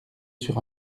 sur